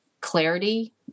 clarity